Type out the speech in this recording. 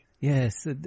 Yes